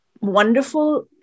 wonderful